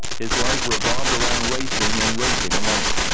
his life revolved around racing and racing alone.